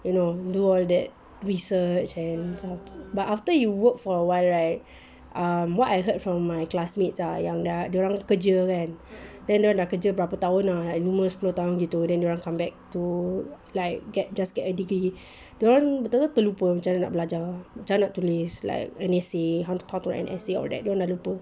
you know do all that research and but after you work for awhile right um what I heard from my classmates ah yang dah dorang bekerja kan then dorang dah bekerja berapa tahun ah at the most sepuluh tahun gitu then dorang come back to like get just get a degree dorang betul-betul lupa macam mana nak belajar macam mana nak tulis like an essay like how to write essay all that dorang dah lupa